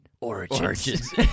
origins